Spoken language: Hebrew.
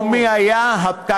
ומי היה הפקק?